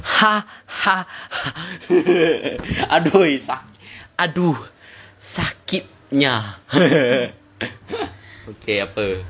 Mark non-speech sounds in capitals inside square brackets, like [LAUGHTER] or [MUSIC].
[LAUGHS] !aduh! sakit !aduh! sakitnya [LAUGHS] okay apa